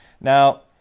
Now